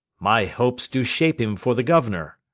my hopes do shape him for the governor.